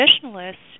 traditionalists